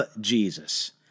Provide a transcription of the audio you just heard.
Jesus